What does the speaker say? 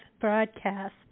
broadcast